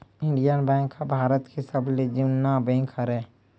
Indian bank ह भारत के सबले जुन्ना बेंक हरय